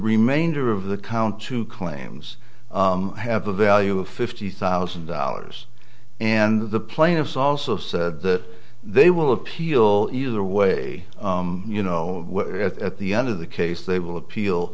remainder of the count two claims have a value of fifty thousand dollars and the plaintiffs also said that they will appeal either way you know at the end of the case they will appeal